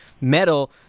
metal